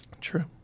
true